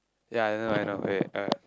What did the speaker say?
ya I know I know wait uh